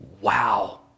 Wow